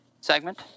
segment